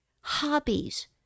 hobbies